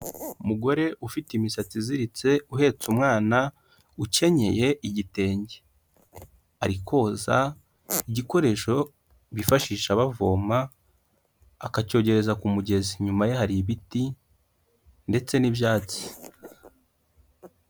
Umugore ufite imisatsi iziritse uhetse umwana ukenyeye igitenge, ari koza igikoresho bifashisha bavoma akacyogereza ku mugezi, inyuma ye hari ibiti ndetse n'ibyatsi.